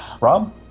Rob